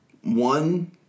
one